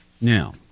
Now